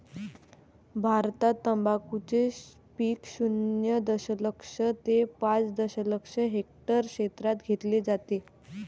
भारतात तंबाखूचे पीक शून्य दशलक्ष ते पाच दशलक्ष हेक्टर क्षेत्रात घेतले जाते